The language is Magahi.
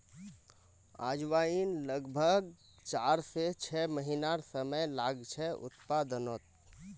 अजवाईन लग्ब्भाग चार से छः महिनार समय लागछे उत्पादनोत